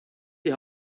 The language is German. die